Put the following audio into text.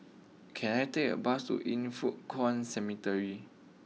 can I take a bus to Yin Foh Kuan Cemetery